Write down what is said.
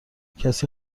کسی